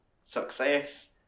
success